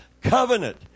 covenant